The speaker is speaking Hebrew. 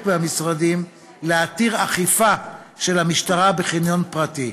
מהמשרדים להתיר אכיפה של המשטרה בחניון פרטי.